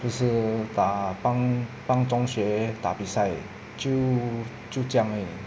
不是打帮帮中学打比赛就就这样而已